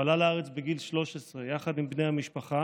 הוא עלה לארץ בגיל 13 יחד עם בני המשפחה,